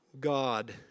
God